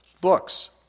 books